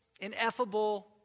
ineffable